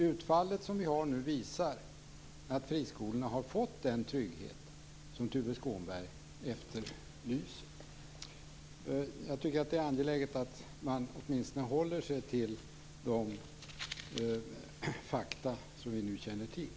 Utfallet visar att friskolorna har fått den trygghet som Tuve Skånberg efterlyser. Det är angeläget att åtminstone hålla sig till de fakta som vi nu känner till.